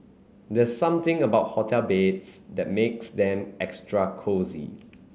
there's something about hotel beds that makes them extra cosy